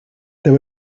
there